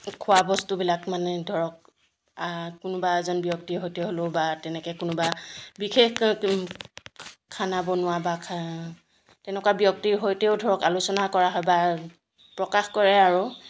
খোৱা বস্তুবিলাক মানে ধৰক কোনোবা এজন ব্যক্তিৰ সৈতে হ'লেও বা তেনেকৈ কোনোবা বিশেষ খানা বনোৱা বা তেনেকুৱা ব্যক্তিৰ সৈতেও ধৰক আলোচনা কৰা হয় বা প্ৰকাশ কৰে আৰু